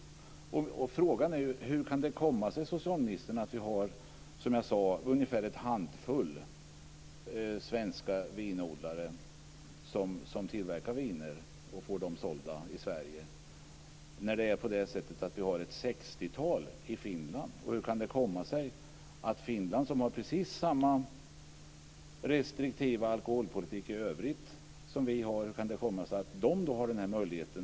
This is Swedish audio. Frågan är, socialministern, hur det kan komma sig att vi har ungefär en handfull svenska vinodlare som tillverkar viner och får dem sålda i Sverige, när det finns ett sextiotal i Finland. Hur kan det komma sig att Finland, som har precis samma restriktiva alkoholpolitik i övrigt, har denna möjlighet?